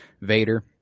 Vader